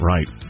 Right